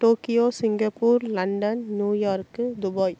Tokyo Singapore London New York Dubai